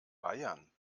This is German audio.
bayern